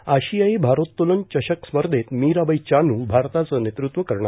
आणि आशियाई भारोत्तलन चषक स्पर्धेत मिराबाई चानू भारताचं नेतृत्व करणार